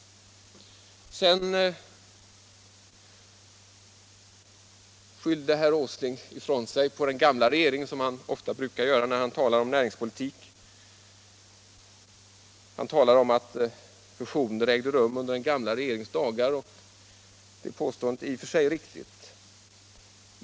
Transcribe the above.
Sedan skyllde herr Åsling ifrån sig på den gamla regeringen, som han ofta brukar göra när han talar om näringspolitik. Han sade att fusioner ägde rum under den gamla regeringens dagar. Det påståendet är i och för sig riktigt.